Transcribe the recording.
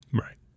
Right